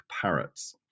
parrots